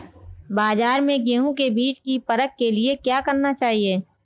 बाज़ार में गेहूँ के बीज की परख के लिए क्या करना चाहिए?